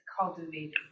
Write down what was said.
cultivated